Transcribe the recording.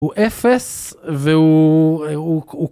הוא אפס והוא...